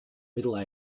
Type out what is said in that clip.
middle